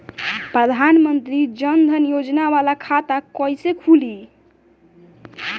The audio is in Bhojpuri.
प्रधान मंत्री जन धन योजना वाला खाता कईसे खुली?